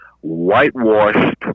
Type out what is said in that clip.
whitewashed